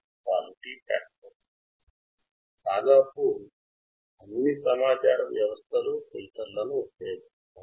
quality factor అన్ని సమాచార వ్యవస్థలూ ఫిల్టర్లను ఉపయోగిస్తాయి